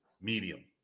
medium